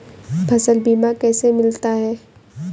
फसल बीमा कैसे मिलता है?